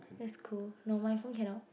that's cool no my phone cannot